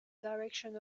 direction